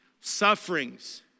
sufferings